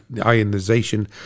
ionization